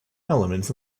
elements